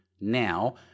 now